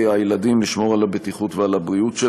הילדים, לשמור על הבטיחות ועל הבריאות שלהם.